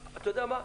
מה,